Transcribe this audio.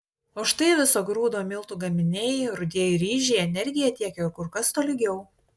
o štai viso grūdo miltų gaminiai rudieji ryžiai energiją tiekia kur kas tolygiau